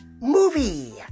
movie